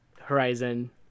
Horizon